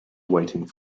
waiting